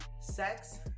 sex